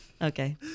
Okay